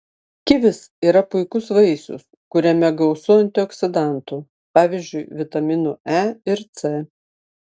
kivis yra puikus vaisius kuriame gausu antioksidantų pavyzdžiui vitaminų e ir c